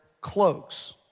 cloaks